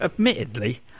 Admittedly